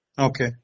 Okay